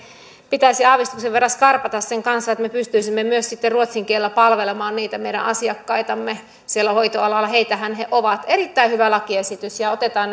pitäisi aavistuksen verran skarpata sen kanssa että me pystyisimme myös sitten ruotsin kielellä palvelemaan siellä hoitoalalla niitä meidän asiakkaitamme heitähän he ovat erittäin hyvä lakiesitys ja otetaan